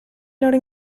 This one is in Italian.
loro